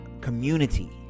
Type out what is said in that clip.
community